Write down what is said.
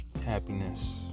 happiness